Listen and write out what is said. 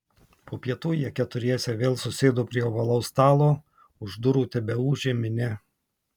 po pietų jie keturiese vėl susėdo prie ovalaus stalo už durų tebeūžė minia